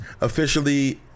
officially